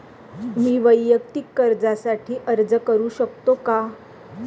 मी वैयक्तिक कर्जासाठी अर्ज करू शकतो का?